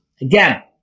Again